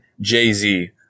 Jay-Z